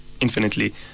infinitely